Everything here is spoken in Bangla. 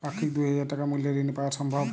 পাক্ষিক দুই হাজার টাকা মূল্যের ঋণ পাওয়া সম্ভব?